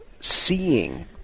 seeing